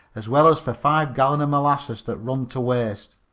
as well as fer five gallons molasses that run to waste.